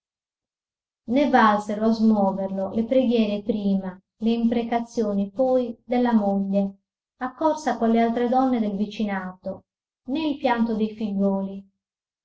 palpebre né valsero a smuoverlo le preghiere prima le imprecazioni poi della moglie accorsa con le altre donne del vicinato né il pianto dei figliuoli